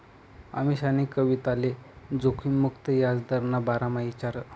अमीशानी कविताले जोखिम मुक्त याजदरना बारामा ईचारं